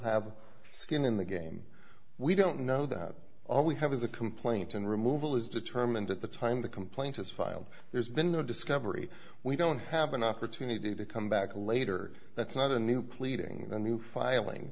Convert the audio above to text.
have skin in the game we don't know that all we have is a complaint and removal is determined at the time the complaint is filed there's been no discovery we don't have an opportunity to come back later that's not a new pleading a new filing